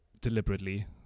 deliberately